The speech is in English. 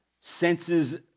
senses